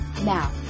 Now